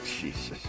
Jesus